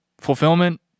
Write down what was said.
fulfillment